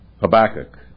Habakkuk